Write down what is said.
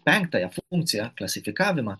penktąją funkciją klasifikavimą